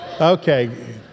Okay